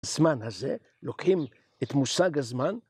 ‫הזמן הזה, לוקחים את מושג הזמן,